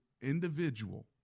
individual